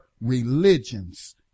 religions